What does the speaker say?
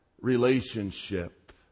relationship